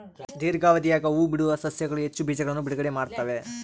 ದೀರ್ಘಾವಧಿಯಾಗ ಹೂಬಿಡುವ ಸಸ್ಯಗಳು ಹೆಚ್ಚು ಬೀಜಗಳನ್ನು ಬಿಡುಗಡೆ ಮಾಡ್ತ್ತವೆ